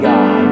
God